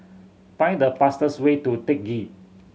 find the fastest way to Teck Ghee